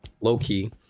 low-key